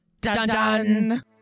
Dun-dun